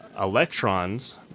Electrons